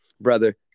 Brother